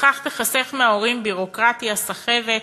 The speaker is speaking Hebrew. ובכך תיחסך מההורים ביורוקרטיה, סחבת,